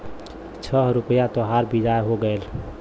छह रुपइया तोहार बियाज हो गएल